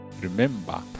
remember